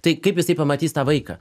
tai kaip jisai pamatys tą vaiką